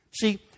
See